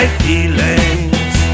feelings